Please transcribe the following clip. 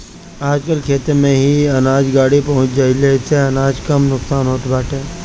आजकल खेते में ही अनाज गाड़ी पहुँच जईले से अनाज कम नुकसान होत बाटे